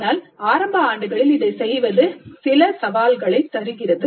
ஆனால் ஆரம்ப ஆண்டுகளில் இதைச் செய்வது சில சவால்களைத் தருகிறது